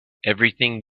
everything